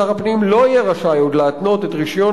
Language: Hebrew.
שר הפנים לא יהיה רשאי עוד להתנות את רשיון